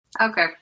Okay